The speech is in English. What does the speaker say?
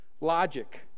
Logic